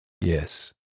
Yes